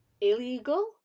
illegal